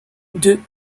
deux